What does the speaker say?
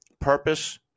purpose